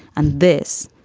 and this?